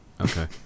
Okay